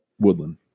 woodland